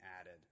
added